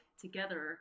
together